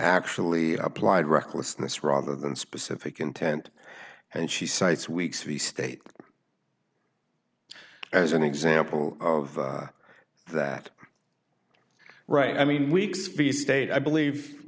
actually applied recklessness rather than specific intent and she cites weeks of the state as an example of that right i mean weeks vs state i believe